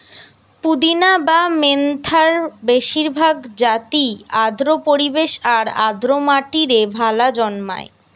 পুদিনা বা মেন্থার বেশিরভাগ জাতিই আর্দ্র পরিবেশ আর আর্দ্র মাটিরে ভালা জন্মায়